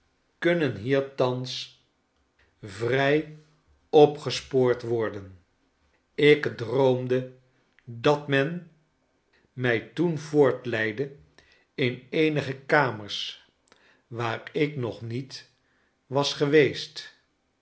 kunnen hier thans vrij een italiaanschb droom opgespoord worden p ik droomde dat men mij toen voortleidde in eenige kamers waar ik nog niet was geweest